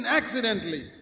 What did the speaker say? accidentally